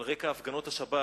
על רקע הפגנות השבת,